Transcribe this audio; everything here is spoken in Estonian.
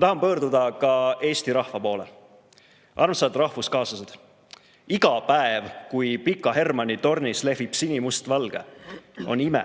tahan pöörduda ka Eesti rahva poole. Armsad rahvuskaaslased! Iga päev, kui Pika Hermanni tornis lehvib sinimustvalge, on ime.